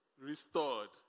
Restored